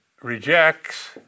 rejects